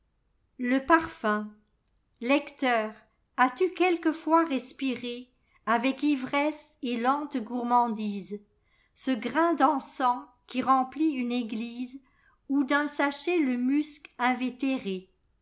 le parfum lecteur as-tu quelquefois respiréavec ivresse et lente gourmandisece grain d'encens qui remplit une église ou d'un saciiet le musc invétéré